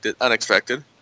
unexpected